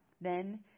Then